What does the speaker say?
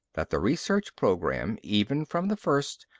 that the research program, even from the first,